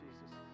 Jesus